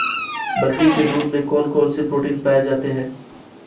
बकरी के दूध में कौन कौनसे प्रोटीन पाए जाते हैं?